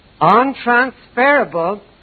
Untransferable